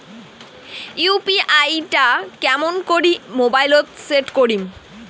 UPI টা কেমন করি মোবাইলত সেট করিম?